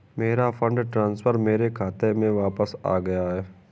मेरा fund transfer मेरे खाते में वापस आ गया है